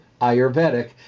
ayurvedic